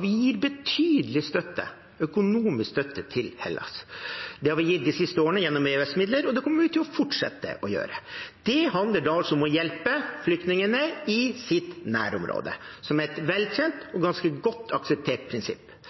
vi betydelig støtte, økonomisk støtte, til Hellas. Det har vi gitt de siste årene, gjennom EØS-midler, og det kommer vi til å fortsette å gjøre. Det handler om å hjelpe flyktningene i deres nærområde, som er et velkjent og ganske godt akseptert prinsipp.